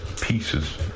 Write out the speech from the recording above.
pieces